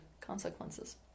consequences